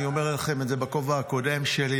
אני אומר לכם את זה בכובע הקודם שלי,